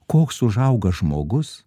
koks užauga žmogus